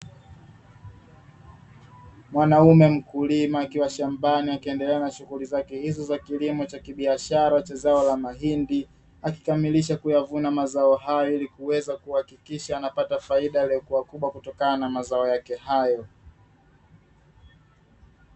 Mwanaume mkulima akiwa shambani akiendelea na shughuli zake hizo za kilimo cha kibiashara cha zao la mahindi, akikamilisha kuyavuna mazao haya ili kuweza kuhakikisha anapata faida iliyokuwa kubwa, kutokana na mazao yake hayo.